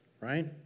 right